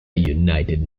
united